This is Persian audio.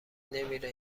نمیره